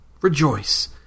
Rejoice